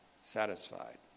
satisfied